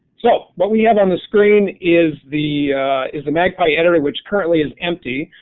so, what we have on the screen is the is the magpie area which currently is empty,